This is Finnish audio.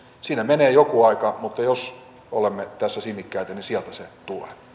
siinä menee joku aika mutta jos olemme tässä sinnikkäitä niin sieltä se tulee